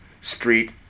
street